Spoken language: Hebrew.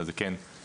אבל זה כן יתוקן,